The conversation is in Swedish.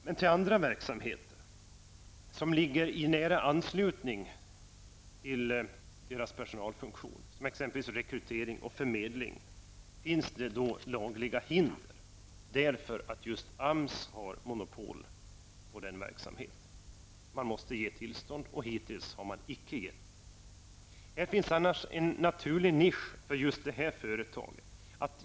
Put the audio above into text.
Men för annan verksamhet i nära anslutning till funktionen som personalavdelning, såsom exempelvis rekrytering eller förmedling, finns det lagliga hinder, eftersom AMS har monopol när det gäller den verksamheten. Det måste ges tillstånd, och hittills har sådant tillstånd inte givits. Här finns annars en naturlig nisch för företaget.